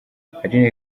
aline